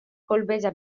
colpeja